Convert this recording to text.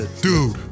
Dude